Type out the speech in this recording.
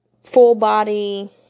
Full-body